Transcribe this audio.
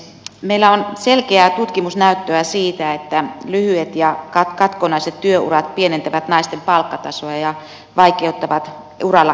meillä on selkeää tutkimusnäyttöä siitä että lyhyet ja katkonaiset työurat pienentävät naisten palkkatasoa ja vaikeuttavat uralla etenemistä